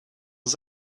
was